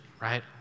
right